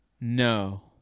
No